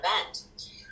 event